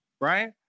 right